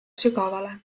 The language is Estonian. sügavale